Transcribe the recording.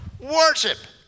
worship